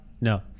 No